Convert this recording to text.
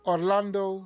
Orlando